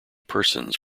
persons